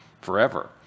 forever